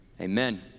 amen